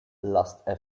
last